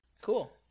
Cool